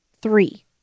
three